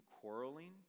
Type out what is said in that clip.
quarreling